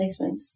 placements